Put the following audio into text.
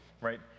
right